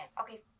Okay